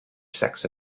sex